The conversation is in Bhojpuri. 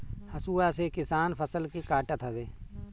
हसुआ से किसान फसल के काटत हवे